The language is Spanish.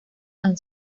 han